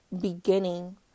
beginning